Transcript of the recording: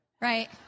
right